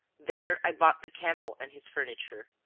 there i bought the camel and his furniture.